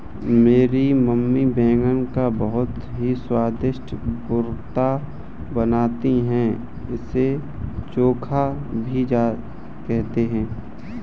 मेरी मम्मी बैगन का बहुत ही स्वादिष्ट भुर्ता बनाती है इसे चोखा भी कहते हैं